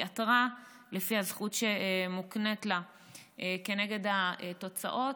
היא עתרה לפי הזכות שמוקנית לה כנגד התוצאות,